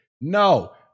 No